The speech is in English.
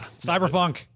cyberpunk